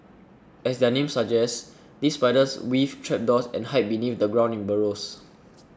as their name suggests these spiders weave trapdoors and hide beneath the ground in burrows